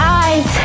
eyes